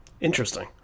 Interesting